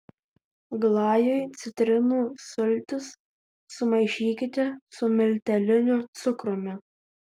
glajui citrinų sultis sumaišykite su milteliniu cukrumi